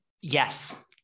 Yes